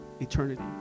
Eternity